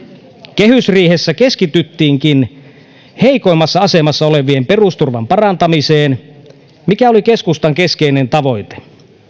kehysriihessä keskityttiinkin heikoimmassa asemassa olevien perusturvan parantamiseen mikä oli keskustan keskeinen tavoite